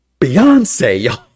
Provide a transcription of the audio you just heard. beyonce